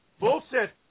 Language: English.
Bullshit